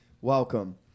Welcome